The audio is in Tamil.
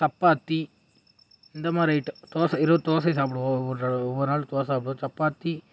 சப்பாத்தி இந்த மாதிரி ஐட்டம் தோசை இரவு தோசையை சாப்பிடுவோம் ஒவ்வொரு நாள் தோசை சாப்பிடுவோம் சப்பாத்தி